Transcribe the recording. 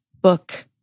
book